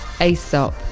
Aesop